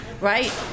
right